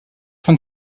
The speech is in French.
fin